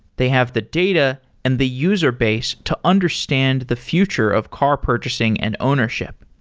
they have the data and the user base to understand the future of car purchasing and ownership.